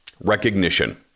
Recognition